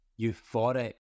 euphoric